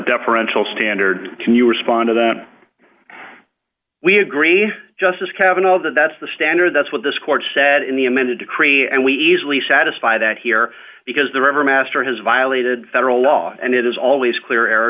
deferential standard can you respond to that we agree just as kavanagh that that's the standard that's what this court said in the amended to create a and we easily satisfy that here because the river master has violated federal law and it is always clear air